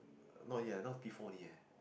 not yet not before only leh